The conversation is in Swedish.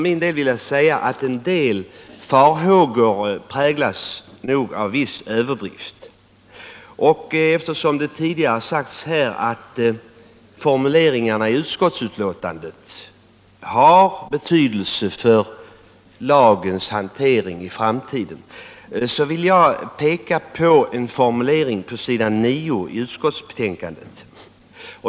Men en del farhågor präglas nog av en viss överdrift. Eftersom det tidigare har sagts här att formuleringarna i utskottsbetänkandet har betydelse för lagens hantering i framtiden vill jag peka på en formulering på s.9 i betänkandet.